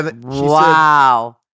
Wow